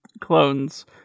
clones